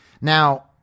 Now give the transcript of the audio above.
Now